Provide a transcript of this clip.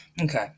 Okay